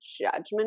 judgment